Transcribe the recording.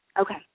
Okay